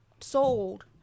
sold